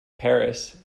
paris